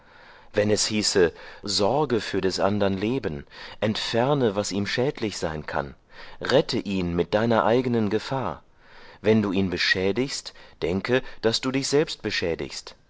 wenn es hieße sorge für des andern leben entferne was ihm schädlich sein kann rette ihn mit deiner eigenen gefahr wenn du ihn beschädigst denke daß du dich selbst beschädigst